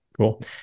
Cool